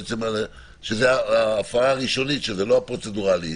שזו ההפרה הראשונית, שזו לא הפרוצדורלית.